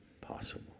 Possible